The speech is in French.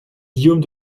guillaume